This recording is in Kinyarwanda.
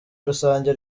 rusange